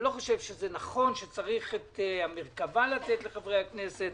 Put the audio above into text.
אני לא חושב שנכון שצריך לתת את המרכב"ה לחברי הכנסת.